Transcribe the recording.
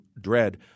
dread